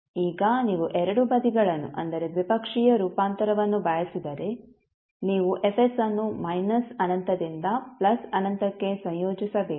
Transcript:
ಈಗ ನೀವು ಎರಡೂ ಬದಿಗಳನ್ನು ಅಂದರೆ ದ್ವಿಪಕ್ಷೀಯ ರೂಪಾಂತರವನ್ನು ಬಯಸಿದರೆ ನೀವು F ಅನ್ನು ಮೈನಸ್ ಅನಂತದಿಂದ ಪ್ಲಸ್ ಅನಂತಕ್ಕೆ ಸಂಯೋಜಿಸಬೇಕು